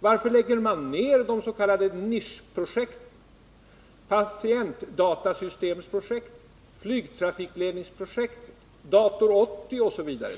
Varför lägger man ner de s.k. nischprojekten, t.ex. patientdatasystemprojektet, flygtrafikledningsprojektet, dator 80 osv.?